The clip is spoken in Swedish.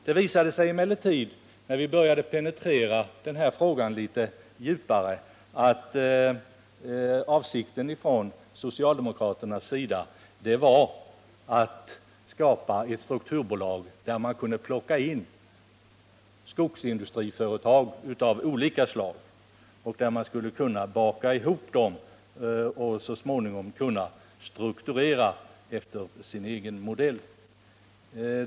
Det visade sig emellertid när vi började penetrera denna fråga litet djupare, att socialdemokraternas avsikt var att skapa ett strukturbolag, där skogsindustriföretag av olika slag skulle kunna bakas ihop och så småningom struktureras efter socialdemokraternas egen modell.